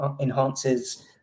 enhances